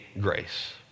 grace